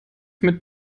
mit